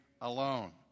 alone